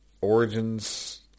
Origins